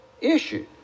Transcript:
issue